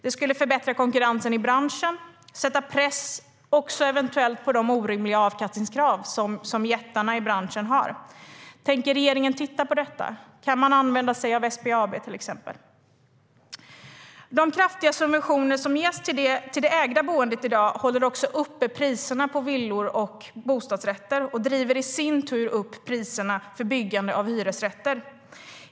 Det skulle förbättra konkurrensen i branschen och eventuellt sätta press på de orimliga avkastningskrav som jättarna i branschen har. Tänker regeringen titta på detta? Kan man använda sig av exempelvis SBAB? De kraftiga subventioner som i dag ges till det ägda boendet håller uppe priserna på villor och bostadsrätter, vilket i sin tur driver upp priserna på byggandet av hyresrätter.